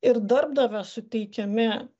ir darbdavio suteikiami